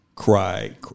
cry